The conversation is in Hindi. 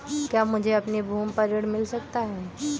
क्या मुझे अपनी भूमि पर ऋण मिल सकता है?